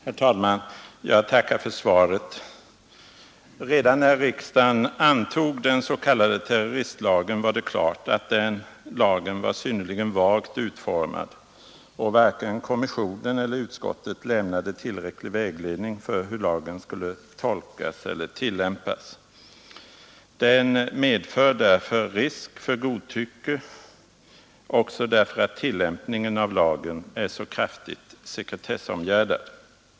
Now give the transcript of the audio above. Herr talman! Jag tackar för svaret. Redan när riksdagen antog den s.k. terroristlagen stod det klart att den lagen var synnerligen vagt utformad. Varken kommissionen eller utskottet lämnade tillräcklig vägledning för hur lagen skulle tolkas eller tillämpas. Den medför risk för godtycke också därför att tillämpningen av lagen är så kraftigt sekretessomgärdad.